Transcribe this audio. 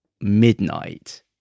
midnight